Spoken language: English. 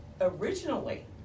Originally